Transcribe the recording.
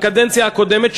בקדנציה הקודמת,